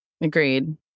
Agreed